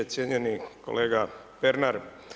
Cijenjeni kolega Pernar.